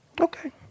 Okay